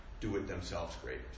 do-it-themselves-great